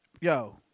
yo